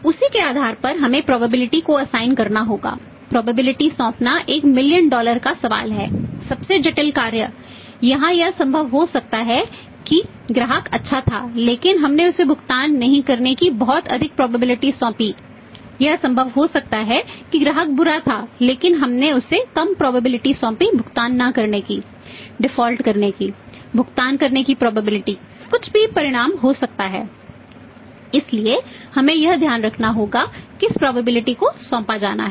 उसी के आधार पर हमें प्रोबेबिलिटी को सौंपा जाना है